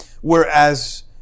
whereas